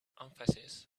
emphasis